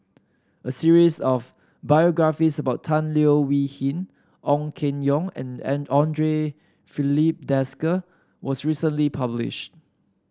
a series of biographies about Tan Leo Wee Hin Ong Keng Yong and Filipe Desker was recently published